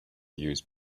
use